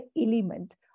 element